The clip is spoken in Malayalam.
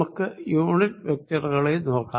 നമുക്ക് യൂണിറ്റ് വെക്റ്ററുകളെ നോക്കാം